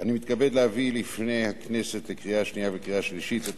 אני מתכבד להביא לפני הכנסת לקריאה שנייה וקריאה שלישית את